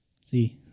See